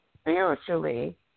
spiritually